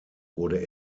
wurde